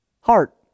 heart